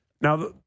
Now